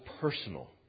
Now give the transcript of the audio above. personal